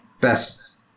best